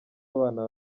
abana